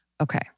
okay